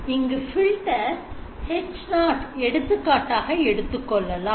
இங்கு filter H0 எடுத்துக்காட்டாக எடுத்துக்கொள்ளலாம்